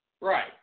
Right